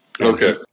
Okay